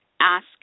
Ask